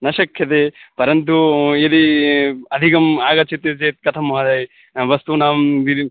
न शक्यते परन्तु यदि अधिकम् आगच्चति चेत् कथं महोदय वस्तूनां वित्तं